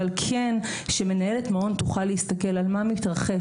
אבל כן שמנהלת מעון תוכל להסתכל על מה מתרחש,